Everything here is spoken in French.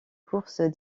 courses